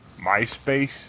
Myspace